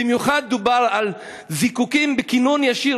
במיוחד דובר על זיקוקים בכינון ישיר